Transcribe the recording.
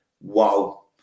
Wow